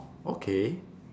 okay